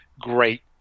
great